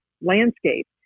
landscape